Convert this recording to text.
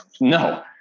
no